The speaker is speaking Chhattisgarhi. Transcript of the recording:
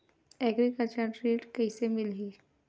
एग्रीकल्चर ऋण कइसे मिलही?